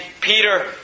Peter